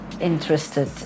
interested